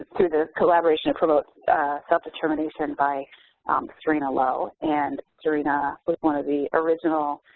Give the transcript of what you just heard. through the collaboration of self-determination by serena low, and serena was one of the original